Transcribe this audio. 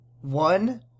One